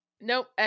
Nope